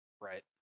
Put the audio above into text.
Right